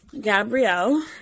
gabrielle